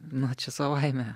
na čia savaime